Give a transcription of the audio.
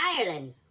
ireland